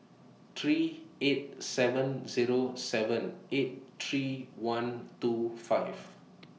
three eight seven Zero seven eight three one two five